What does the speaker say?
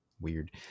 Weird